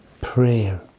prayer